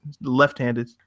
left-handed